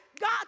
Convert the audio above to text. God